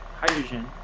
hydrogen